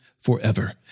forever